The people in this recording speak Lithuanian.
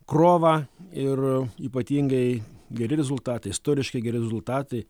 krovą ir ypatingai geri rezultatai istoriškai geri rezultatai